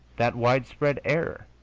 that widespread error?